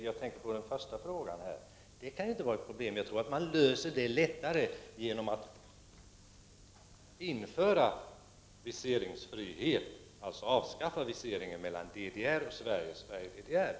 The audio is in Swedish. Jag tror att man i denna situation lättare löser problemen genom att införa viseringsfrihet, dvs. avskaffa viseringen mellan DDR och Sverige resp. Sverige och DDR.